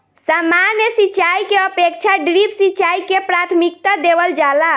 सामान्य सिंचाई के अपेक्षा ड्रिप सिंचाई के प्राथमिकता देवल जाला